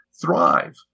thrive